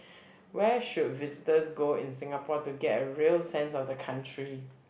where should visitors go in Singapore to get a real sense of the country